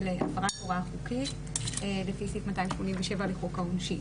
הפרת הוראה חוקית לפי סעיף 287 לחוק העונשין.